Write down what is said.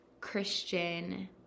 Christian